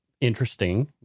Interesting